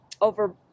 over